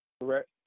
Correct